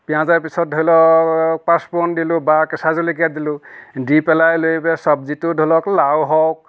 পিঁয়াজৰ পিছত ধৰি লওক পাচফুৰন দিলোঁ বা কেঁচা জলকীয়া দিলোঁ দি পেলাই লৈ চব্জিটো ধৰি লওক লাও হওক